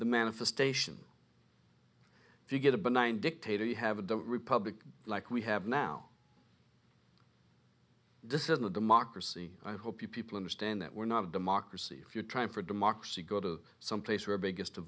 the manifestation if you get a benign dictator you have a republic like we have now this isn't a democracy i hope people understand that we're not a democracy if you're trying for democracy go to some place where biggest